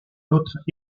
autre